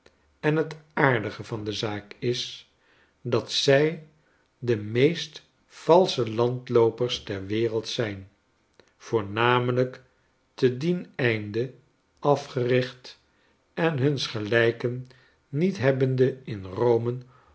en het aardige van de zaak is dat zij de meest valsche landloopers der wereld zijn voornamelijk te dien einde afgericht en nuns gelijken niet hebbende in rome